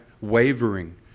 Wavering